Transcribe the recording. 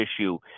issue